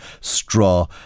straw